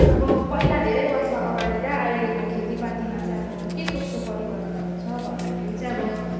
अब पहिला धेरै वर्ष अगाडि र अहिलेको खेतीपातीमा चाहिँ अब के कस्तो परिवर्तनहरू छ भन्दाखेरि चाहिँ अब